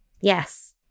Yes